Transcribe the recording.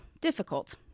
difficult